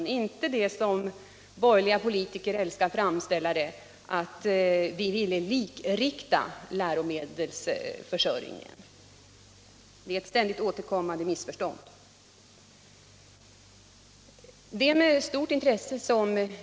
Det är inte så, som de borgerliga politikerna älskar att framställa det, att vi ville likrikta läromedelsförsörjningen, vilket är ett ständigt återkommande påstående, som bottnar i missförstånd.